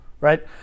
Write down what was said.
right